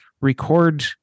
record